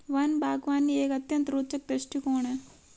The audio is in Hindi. वन बागवानी एक अत्यंत रोचक दृष्टिकोण है